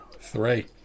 three